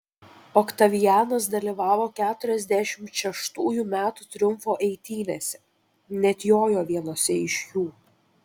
oktavianas dalyvavo keturiasdešimt šeštųjų metų triumfo eitynėse net jojo vienose iš jų